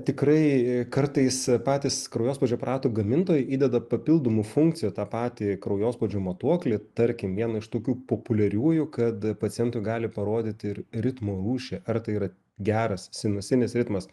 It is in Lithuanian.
tikrai kartais patys kraujospūdžio aparatų gamintojai įdeda papildomų funkcijų į tą patį kraujospūdžio matuoklį tarkim viena iš tokių populiariųjų kad pacientui gali parodyti ir ritmo rūšį ar tai yra geras sinusinis ritmas